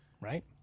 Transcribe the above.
Right